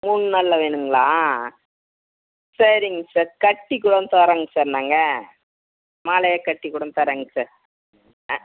மூணு நாளில் வேணுங்களா சரிங்க சார் கட்டிக் கூடம் தரோங்க சார் நாங்கள் மாலையாக கட்டிக் கூடம் தரேங்க சார் ஆ